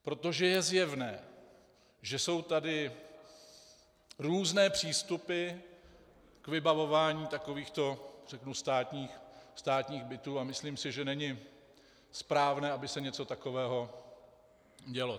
Protože je zjevné, že jsou tady různé přístupy k vybavování takovýchto státních bytů, a myslím si, že není správné, aby se něco takového dělo.